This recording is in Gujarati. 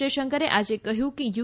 જયશંકરે આજે કહ્યું કે યુ